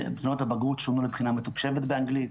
בחינות הבגרות שונו לבחינה מתוקשבת באנגלית,